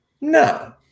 No